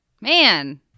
man